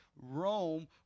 Rome